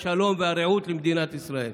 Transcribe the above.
השלום והרעות למדינת ישראל.